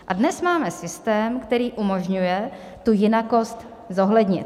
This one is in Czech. A dnes máme systém, který umožňuje tu jinakost zohlednit.